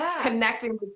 connecting